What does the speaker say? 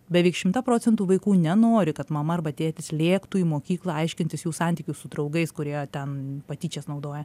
beveik šimta procentų vaikų nenori kad mama arba tėtis lėktų į mokyklą aiškintis jų santykių su draugais kurie ten patyčias naudoja